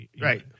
right